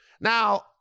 Now